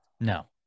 No